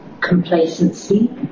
complacency